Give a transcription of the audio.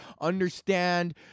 understand